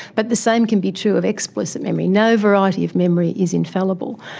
but the same can be true of explicit memory. no variety of memory is infallible,